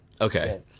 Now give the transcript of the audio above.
Okay